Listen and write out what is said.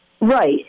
Right